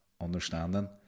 understanding